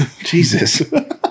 Jesus